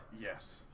Yes